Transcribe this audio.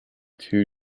two